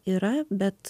yra bet